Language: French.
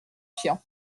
tian